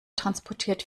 transportiert